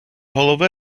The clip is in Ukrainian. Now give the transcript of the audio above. голови